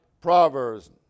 Proverbs